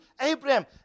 Abraham